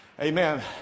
amen